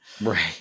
right